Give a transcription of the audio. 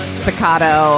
staccato